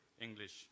English